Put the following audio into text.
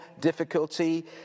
difficulty